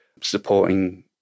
supporting